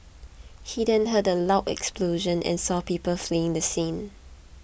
he then heard a loud explosion and saw people fleeing the scene